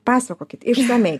pasakokit išsamiai